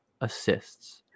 assists